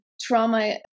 trauma